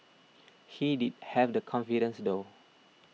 he did have the confidence though